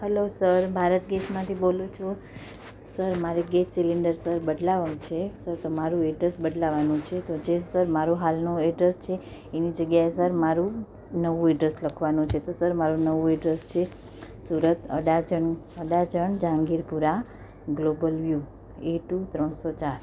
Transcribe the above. hello sir Bharat ગેસમાંથી બોલું છું સર મારે ગેસ સિલિંડર સર બદલાવાનો છે સર તમારું એડ્રેસ બદલાવાનું છે તો જે સર મારું હાલનું એડ્રેસ છે એની જગ્યાએ સર મારું નવું એડ્રેસ લખવાનું છે તો સર મારું નવું એડ્રેસ છે Surat Adajan Adajan Jahangirpura global new A two ત્રણસો ચાર